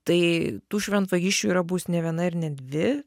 tai tų šventvagysčių yra buvus ne viena ir ne dvi